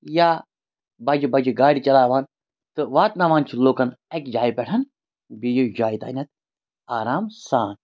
یا بَجہِ بَجہِ گاڑِ چَلاوان تہٕ واتناوان چھِ لُکَن اَکہِ جایہِ پیٚٹھ بیٚیِس جایہِ تانیٚتھ آرام سان